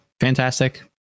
fantastic